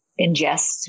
ingest